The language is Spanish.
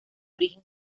origen